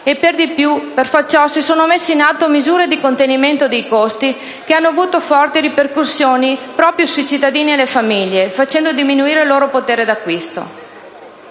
e per di più per far ciò si sono messe in atto misure di contenimento dei costi, che hanno avuto forti ripercussioni proprio sui cittadini e le famiglie facendo diminuire il loro potere d'acquisto.